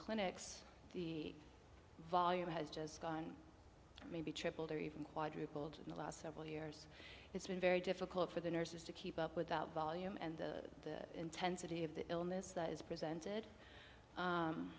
clinics the volume has just gone maybe tripled or even quadrupled in the last several years it's been very difficult for the nurses to keep up with the volume and the intensity of the illness that is presented